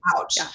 Ouch